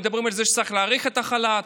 מדברים על זה שצריך להאריך את החל"ת,